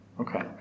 okay